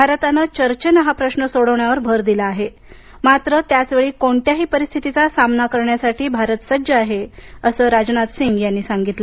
भारताने चर्चेने हा प्रश्न सोडवण्यावर भर दिला आहे मात्र त्याचवेळी कोणत्याही परिस्थितीचा सामना करण्यासाठी भारत सज्ज आहे असं राजनाथसिंग यांनी सांगितलं